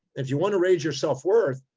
if you want to raise your self worth,